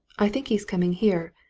i think he's coming here.